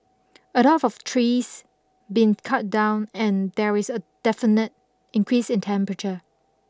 a lot of trees been cut down and there is a definite increase in temperature